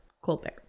Colbert